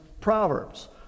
Proverbs